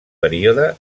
període